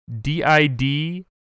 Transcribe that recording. D-I-D